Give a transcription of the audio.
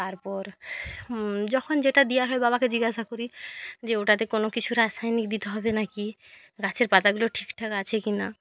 তারপর যখন যেটা দেওয়া হয় বাবাকে জিজ্ঞাসা করি যে ওটাতে কোনও কিছু রাসায়নিক দিতে হবে নাকি গাছের পাতাগুলো ঠিকঠাক আছে কিনা